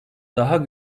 daha